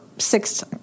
six